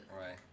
Right